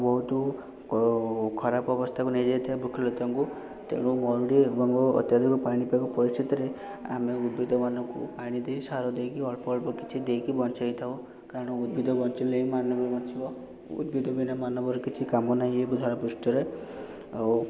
ବହୁତ କ ଖରାପ ଅବସ୍ଥାକୁ ନେଇଯାଇଥାଏ ବୃକ୍ଷ ଲତାଙ୍କୁ ତେଣୁ ମରୁଡ଼ି ଏବଂ ଅତ୍ୟଧିକ ପାଣିପାଗ ପରିସ୍ଥିତିରେ ଆମେ ଉଦ୍ଭିଦମାନଙ୍କୁ ପାଣି ଦେଇ ସାର ଦେଇକି ଅଳ୍ପ ଅଳ୍ପ କିଛି ଦେଇକି ବଞ୍ଚେଇ ଥାଉ କାରଣ ଉଦ୍ଭିଦ ବଞ୍ଚିଲେ ହିଁ ମାନବ ବଞ୍ଚିବ ଉଦ୍ଭିଦ ବିନା ମାନବର କିଛି କାମ ନାହିଁ ଏ ଧରାପୃଷ୍ଠରେ ଆଉ